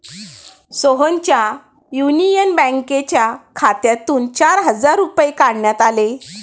सोहनच्या युनियन बँकेच्या खात्यातून चार हजार रुपये काढण्यात आले